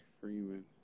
Freeman